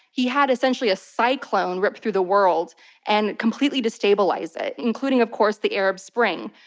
he had essentially a cyclone rip through the world and completely destabilize it, including of course the arab spring,